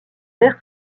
vert